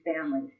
families